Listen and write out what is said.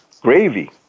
Gravy